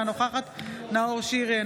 אינה נוכחת נאור שירי,